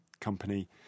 company